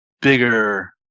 bigger